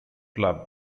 club